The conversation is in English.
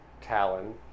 Talon